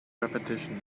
repetition